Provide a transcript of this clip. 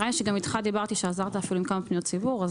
נראה לי שגם איתך דיברתי ועזרת לי עם כמה פניות ציבור,